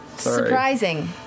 Surprising